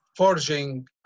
Forging